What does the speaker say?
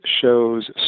shows